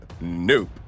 Nope